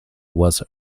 was